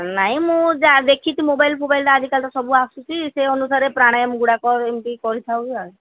ନାଇଁ ମୁଁ ଯାହା ଦେଖିକି ମୋବାଇଲ୍ ଫୋବାଇଲ୍ରେ ଆଜିକାଲି ତ ସବୁ ଆସୁଛି ସେ ଅନୁସାରେ ପ୍ରାଣାୟମ୍ଗୁଡ଼ାକ ଏମିତି କରିଥାଉ ଆଉ